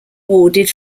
awarded